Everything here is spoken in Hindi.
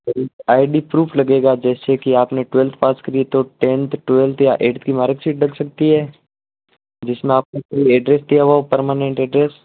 एक आइ डी प्रूफ लगेगा जैसे कि आपने टवेल्थ पास करी तो टेन्थ टवेल्थ या ऐठथ की मारकशीट लग सकती है जिसमें आपकी एड्रैस दिया हो पर्मानेन्ट एड्रैस